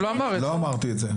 לא אמרתי את זה.